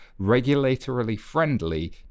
regulatorily-friendly